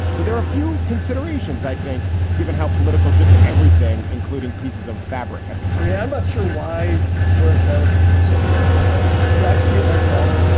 so there are a few considerations, i think, given how political just everything, including pieces of fabric, have become about yeah but sure. why were fabrics become so political? but when i see it myself,